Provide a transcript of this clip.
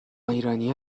ایرانیا